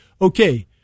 okay